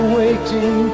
waiting